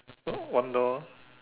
the one door